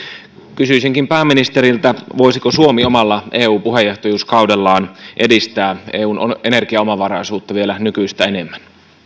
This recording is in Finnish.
kysyisinkin pääministeriltä voisiko suomi omalla eu puheenjohtajuuskaudellaan edistää eun energiaomavaraisuutta vielä nykyistä enemmän